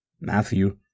Matthew